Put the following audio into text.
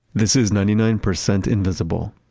this is ninety nine percent invisible.